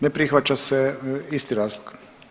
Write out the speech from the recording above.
Ne prihvaća se, isti razlog.